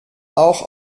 auch